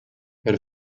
per